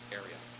area